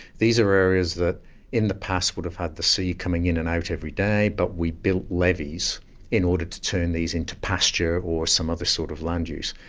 these are areas that in the past would have had the sea coming in and out every day but we built levies in order to turn these into pasture or some other sort of land use.